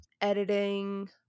editing